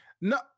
no